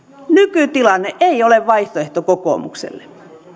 nykytilanne ei ole vaihtoehto kokoomukselle